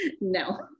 no